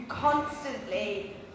Constantly